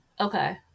Okay